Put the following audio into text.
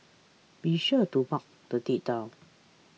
be sure to mark the date down